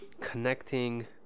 connecting